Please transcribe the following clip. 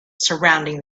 surrounding